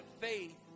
faith